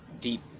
deep